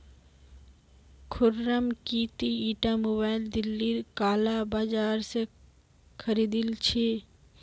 खुर्रम की ती ईटा मोबाइल दिल्लीर काला बाजार स खरीदिल छि